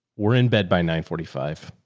we're in bed by nine forty five.